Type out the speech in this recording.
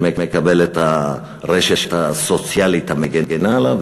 שמקבל את הרשת הסוציאלית המגינה עליו,